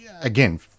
again